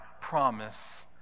promise